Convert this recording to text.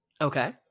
Okay